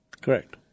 Correct